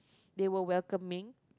they were welcoming